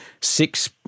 six